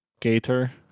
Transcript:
gator